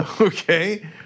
Okay